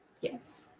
Yes